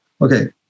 Okay